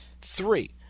Three